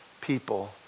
people